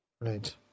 Right